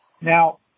Now